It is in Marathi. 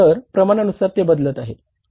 तर प्रमाणानुसार ते बदलत आहे